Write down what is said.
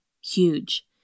huge